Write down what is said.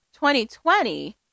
2020